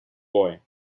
boy